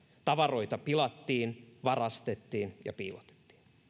tavaroita pilattiin varastettiin ja piilotettiin